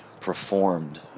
performed